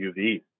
UV